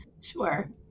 Sure